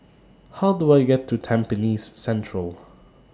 How Do I get to Tampines Central